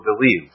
believe